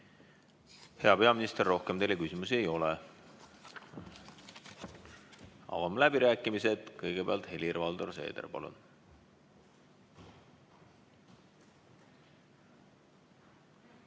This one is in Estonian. Hea peaminister, rohkem teile küsimusi ei ole. Avan läbirääkimised. Kõigepealt Helir-Valdor Seeder, palun!